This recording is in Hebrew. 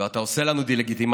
ואתה עושה לנו דה-לגיטימציה